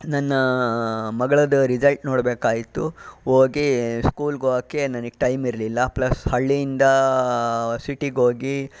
ನನ್ನ ಮಗಳದ್ದು ರಿಸಲ್ಟ್ ನೋಡಬೇಕಾಗಿತ್ತು ಹೋಗಿ ಸ್ಕೂಲ್ಗೆ ಹೋಗೋಕೆ ನನಗೆ ಟೈಮ್ ಇರಲಿಲ್ಲ ಪ್ಲಸ್ ಹಳ್ಳಿಯಿಂದ ಸಿಟಿಗೋಗಿ